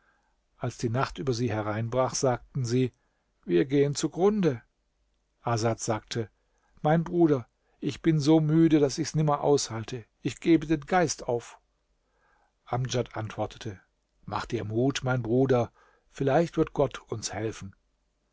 als die nacht über sie hereinbrach sagten sie wir gehen zugrunde asad sagte mein bruder ich bin so müde daß ich's nimmer aushalte ich gebe den geist auf amdjad antwortete mach dir mut mein bruder vielleicht wird gott uns helfen